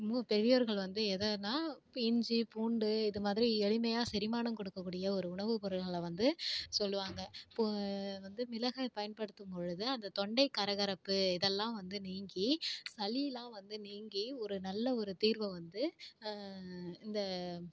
மு பெரியோர்கள் வந்து எதைன்னா இஞ்சிப் பூண்டு இது மாதிரி எளிமையாக செரிமானம் கொடுக்கக்கூடிய ஒரு உணவுப் பொருள்களை வந்து சொல்லுவாங்க பொ வந்து மிளகை பயன்படுத்தும் பொழுது அந்த தொண்டைக் கரகரப்பு இதெல்லாம் வந்து நீங்கி சளியெலாம் வந்து நீங்கி ஒரு நல்ல ஒரு தீர்வை வந்து இந்த